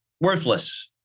worthless